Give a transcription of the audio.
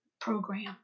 program